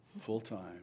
full-time